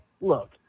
look